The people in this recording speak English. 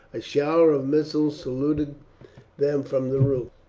a shower of missiles saluted them from the roof.